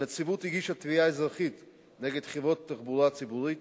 הנציבות הגישה תביעה אזרחית נגד חברת תחבורה ציבורית